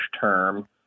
term